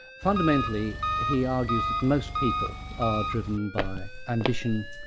fundamentally, he argues that most people are driven by ambition,